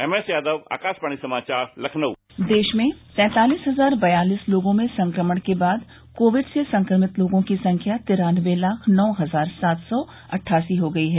MS Yadav Akashvani समाचार लखनऊ उधर देश में तैंतालिस हजार बयासी लोगों में संक्रमण के बाद कोविड से संक्रमित लोगों की संख्या तिरान्नबे लाख नौ हजार सात सौ अट्ठासी हो गई है